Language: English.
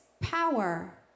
power